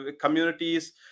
communities